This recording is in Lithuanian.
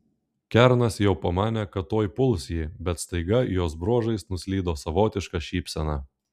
kernas jau pamanė kad tuoj puls jį bet staiga jos bruožais nuslydo savotiška šypsena